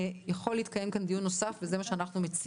יכול להתקיים כאן דיון נוסף, וזה מה שאני מציעה,